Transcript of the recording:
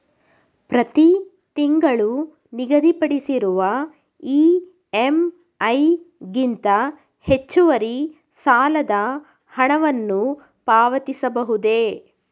ಪ್ರತಿ ತಿಂಗಳು ನಿಗದಿಪಡಿಸಿರುವ ಇ.ಎಂ.ಐ ಗಿಂತ ಹೆಚ್ಚುವರಿ ಸಾಲದ ಹಣವನ್ನು ಪಾವತಿಸಬಹುದೇ?